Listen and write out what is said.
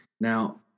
Now